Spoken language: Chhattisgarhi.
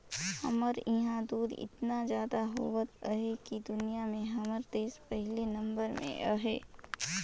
हमर इहां दूद एतना जादा होवत अहे कि दुनिया में हमर देस पहिले नंबर में अहे